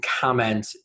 comment